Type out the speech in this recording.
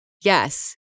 Yes